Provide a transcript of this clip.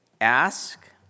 ask